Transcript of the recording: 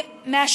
מאיפה הנתונים?